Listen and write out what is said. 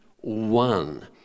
one